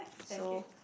so